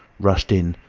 rushed in,